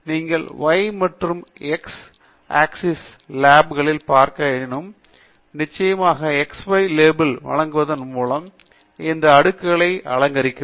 நீங்கள் y மற்றும் x axis label களில் பார்க்க முடியும் எனில் நிச்சயமாக xy லேபிள்களை வழங்குவதன் மூலம் இந்த அடுக்குகளை அலங்கரிக்கவும்